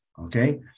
okay